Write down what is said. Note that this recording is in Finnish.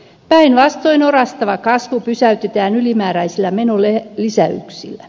päinvastoin orastava kasvu pysäytetään ylimääräisillä menolisäyksillä